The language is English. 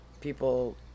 people